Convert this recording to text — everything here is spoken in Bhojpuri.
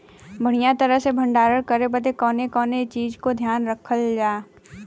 बढ़ियां तरह से भण्डारण करे बदे कवने कवने चीज़ को ध्यान रखल जा?